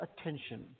attention